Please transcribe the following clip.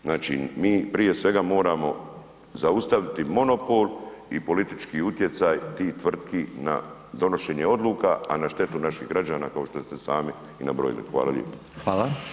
Znači prije svega moramo zaustaviti monopol i politički utjecaj ti tvrtki na donošenje odluka, a na štetu naših građana kao što ste sami i nabrojili.